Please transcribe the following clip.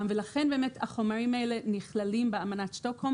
לכן, באמת החומרים האלה נכללים באמנת שטוקהולם